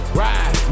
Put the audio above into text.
ride